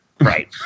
Right